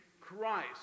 Christ